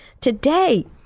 Today